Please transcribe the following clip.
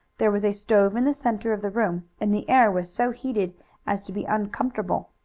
there was a stove in the center of the room, and the air was so heated as to be uncomfortable.